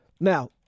now